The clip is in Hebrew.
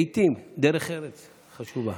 לעיתים דרך ארץ חשובה.